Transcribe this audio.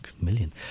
million